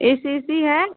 ए C C है